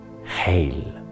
Hail